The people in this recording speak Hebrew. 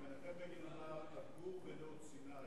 גם מנחם בגין אמר: אגור בנאות-סיני.